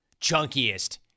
chunkiest